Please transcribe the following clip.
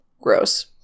Gross